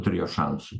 turėjo šansų